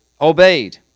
obeyed